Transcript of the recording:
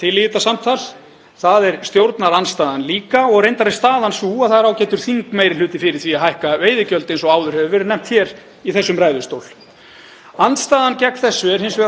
Andstaðan gegn þessu er hins vegar á kunnuglegum stað. Hæstv. fjármálaráðherra var spurður um þetta í þinginu í síðustu viku af formanni Samfylkingar og það var vægast sagt áhugavert að hlusta á svörin.